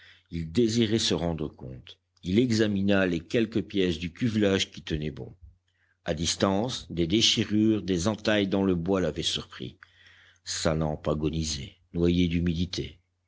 il désirait se rendre compte il examina les quelques pièces du cuvelage qui tenaient bon a distance des déchirures des entailles dans le bois l'avaient surpris sa lampe agonisait noyée d'humidité